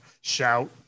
Shout